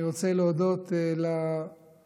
אני רוצה להודות לחברים,